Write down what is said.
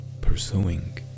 pursuing